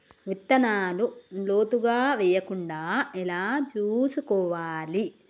విత్తనాలు లోతుగా వెయ్యకుండా ఎలా చూసుకోవాలి?